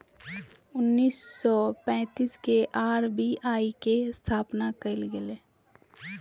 उन्नीस सौ पैंतीस के आर.बी.आई के स्थापना कइल गेलय